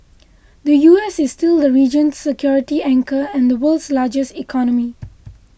the U S is still the region's security anchor and the world's largest economy